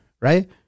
right